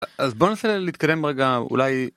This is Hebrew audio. אז בוא ננסה להתקדם רגע אולי.